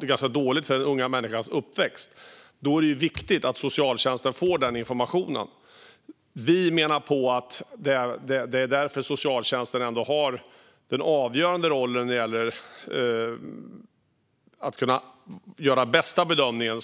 detta är dåligt för den unga människans uppväxt. Då är det viktigt att socialtjänsten får denna information. Enligt oss är det därför som socialtjänsten snarare än skolorna ska ha den avgörande rollen och kan göra den bästa bedömningen.